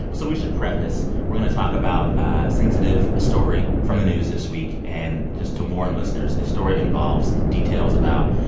so we should preface we're going talk about a sensitive story from the news this week. and just to warn listeners, this story involves some details about